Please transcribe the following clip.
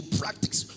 practice